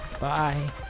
Bye